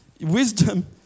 Wisdom